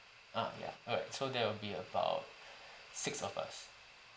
ah ya alright so there will be about six of us